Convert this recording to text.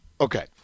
Okay